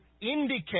indicate